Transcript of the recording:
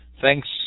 Thanks